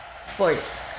sports